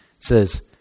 says